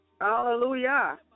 Hallelujah